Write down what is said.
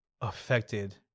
affected